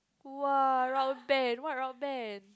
!wow! rock band what rock band